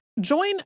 Join